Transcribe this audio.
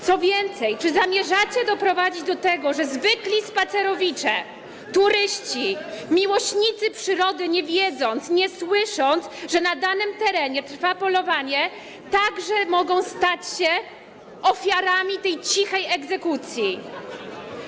Co więcej, czy zamierzacie doprowadzić do tego, że zwykli spacerowicze, turyści, miłośnicy przyrody, nie wiedząc, nie słysząc, że na danym terenie trwa polowanie, także mogą stać się ofiarami tej cichej egzekucji?